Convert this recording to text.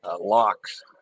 locks